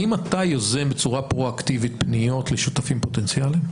האם אתה יוזם בצורה פרואקטיבית פניות לשותפים פוטנציאלים?